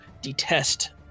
detest